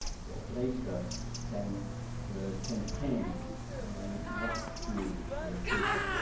the operator can ah can change what groove fit